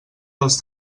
dels